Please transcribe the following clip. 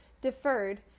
deferred